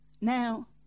Now